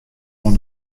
oan